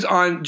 on